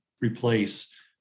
replace